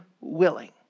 willing